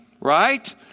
right